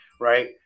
right